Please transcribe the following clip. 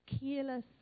careless